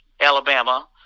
Alabama